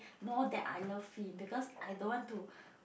more than I love him because I don't want to